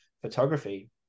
photography